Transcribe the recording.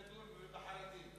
בדואים וחרדים.